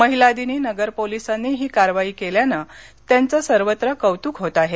महिलादिनी नगर पोलिसांनी ही कारवाई केल्याने त्यांचं सर्वत्र कौतूक होत आहे